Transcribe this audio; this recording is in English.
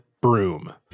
broom